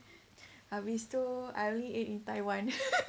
habis tu I only ate in taiwan